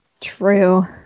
True